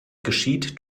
geschieht